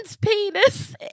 penis